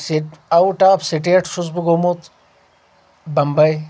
sit out of state چھُس بہٕ گوٚومُت بمبے